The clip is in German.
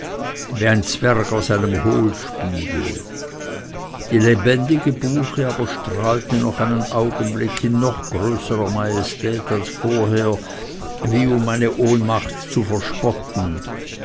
wie ein zwerg aus einem hohlspiegel die lebendige buche aber strahlte noch einen augenblick in noch größerer majestät als vorher wie um meine ohnmacht zu verspotten